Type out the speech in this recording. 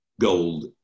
gold